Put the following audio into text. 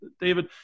David